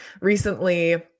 recently